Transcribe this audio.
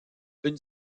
une